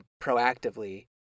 proactively